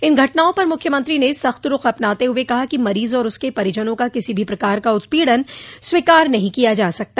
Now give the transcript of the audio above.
इन घटनाओं पर मुख्यमंत्री ने सख्त रूख अपनाते हुए कहा है कि मरीज और उसके परिजनों का किसी भी प्रकार का उत्पीड़न स्वीकार नहीं किया जा सकता